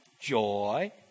Joy